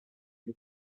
who